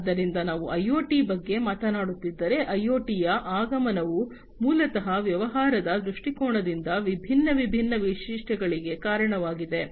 ಆದ್ದರಿಂದ ನಾವು ಐಒಟಿ ಬಗ್ಗೆ ಮಾತನಾಡುತ್ತಿದ್ದರೆ ಐಒಟಿಯ ಆಗಮನವು ಮೂಲತಃ ವ್ಯವಹಾರದ ದೃಷ್ಟಿಕೋನದಿಂದ ವಿಭಿನ್ನ ವಿಭಿನ್ನ ವೈಶಿಷ್ಟ್ಯಗಳಿಗೆ ಕಾರಣವಾಗಿದೆ